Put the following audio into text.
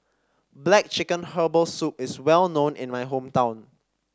black chicken Herbal Soup is well known in my hometown